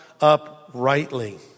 uprightly